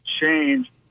change